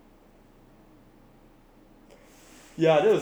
ya that was the only one that replied me honestly